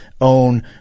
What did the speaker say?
own